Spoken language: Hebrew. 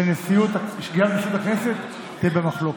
שגם נשיאות הכנסת תהיה במחלוקת.